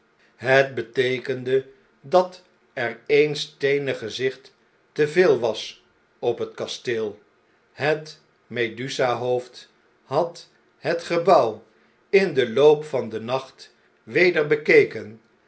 het beteekende dat er een steenen gezicht te veel was op het kasteel het medusa hoofd had het gebouw in den loop van den nacht weder bekeken